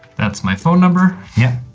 that's my phone number. yeah,